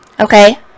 Okay